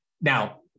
Now